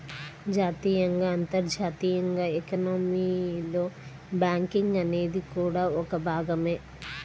జాతీయంగా, అంతర్జాతీయంగా ఎకానమీలో బ్యాంకింగ్ అనేది కూడా ఒక భాగమే